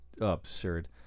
absurd